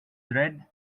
red